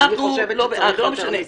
אני חושבת שצריך יותר מיסים.